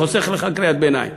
חוסך לך קריאת ביניים,